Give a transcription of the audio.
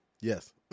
yes